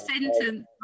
sentence